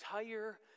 entire